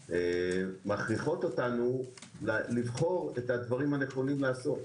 מכריחות אותנו לבחור את הדברים הנכונים לעשות.